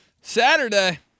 Saturday